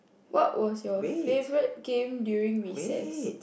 what was your favourite game during recess